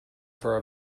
for